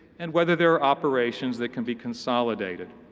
and whether there are operations that can be consolidated.